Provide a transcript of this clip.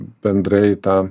bendrai tą